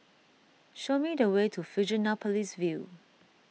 show me the way to Fusionopolis View